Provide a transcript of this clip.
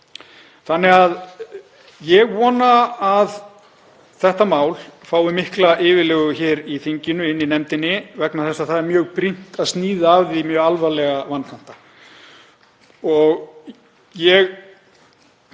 Ég vona að þetta mál fái mikla yfirlegu hér í þinginu, í nefndinni, vegna þess að það er mjög brýnt að sníða af því mjög alvarlega vankanta.